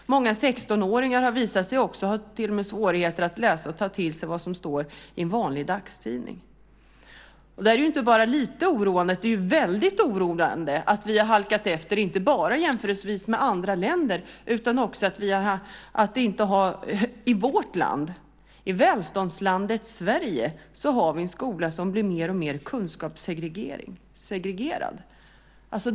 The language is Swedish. Många sextonåringar har visat sig till och med ha svårigheter att läsa och ta till sig vad som står i en vanlig dagstidning. Det är inte bara lite oroande. Det är väldigt oroande att vi har halkat efter inte bara i jämförelse med andra länder utan också att vi i vårt land, i välståndslandet Sverige, har en skola som blir mer och mer kunskapssegregerad.